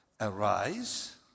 Arise